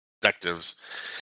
detectives